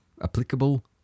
applicable